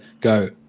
go